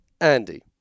Andy